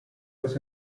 las